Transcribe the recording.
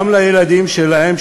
גם לילדים שלהם,